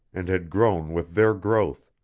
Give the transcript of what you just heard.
and had grown with their growth,